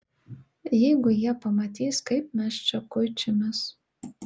jeigu jie pamatys kaip mes čia kuičiamės